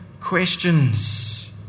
questions